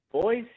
Boys